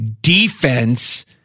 defense